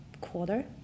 quarter